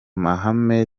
mahame